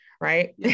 Right